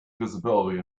visibility